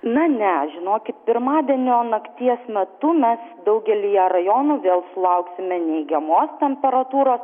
na ne žinokit pirmadienio nakties metu mes daugelyje rajonų vėl sulauksime neigiamos temperatūros